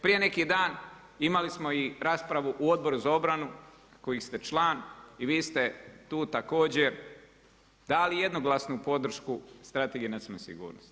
Prije neki dan imali smo i raspravu u Odboru za obranu kojih ste član i vi ste tu također dali jednoglasnu podršku Strategiji nacionalne sigurnosti.